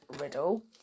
riddle